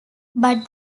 but